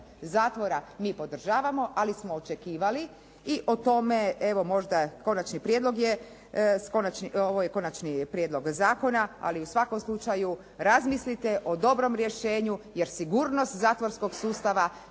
zatvora mi podržavamo, ali smo očekivali i o tome evo možda konačni prijedlog je, ovo je konačni prijedlog zakona, ali u svakom slučaju razmislite o dobrom rješenju, jer sigurnost zatvorskog sustava